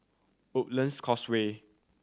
Woodlands Causeway